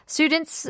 Students